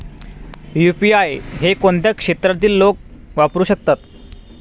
UPI हे कोणत्या क्षेत्रातील लोक वापरू शकतात?